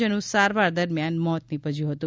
જેનું સારવાર દરમિયાન મોત નિપજ્યું હતું